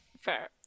Fair